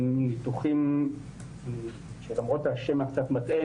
הם ניתוחים שלמרות השם הקצת מטעה,